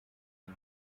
iyi